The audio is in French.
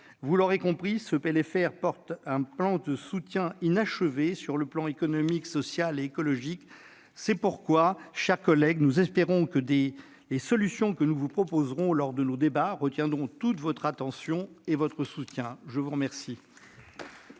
Vous l'aurez compris, ce PLFR porte un plan de soutien inachevé du point de vue économique, social et écologique. C'est pourquoi, mes chers collègues, nous espérons que les solutions que nous vous proposerons lors de nos débats retiendront toute votre attention et bénéficieront de votre soutien.